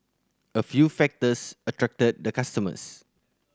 a few factors attracted the customers